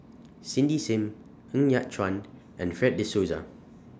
Cindy SIM Ng Yat Chuan and Fred De Souza